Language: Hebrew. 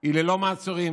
היא ללא מעצורים.